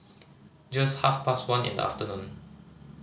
just half past one in the afternoon